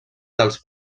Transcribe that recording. dels